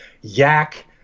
yak –